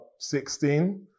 16